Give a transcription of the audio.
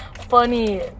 funny